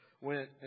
went